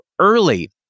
early